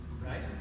Right